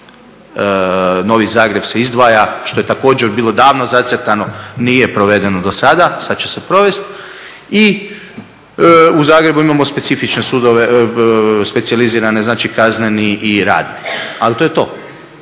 Novi Zagreb se izdvaja, što je također bilo davno zacrtano a nije provedeno do sada, sad će se provesti. I u Zagrebu imamo specifične sudove, specijalizirane. Znači, kazneni i radni. Ali to je to.